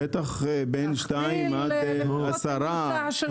בין שניים לעשרה.